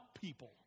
people